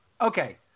Okay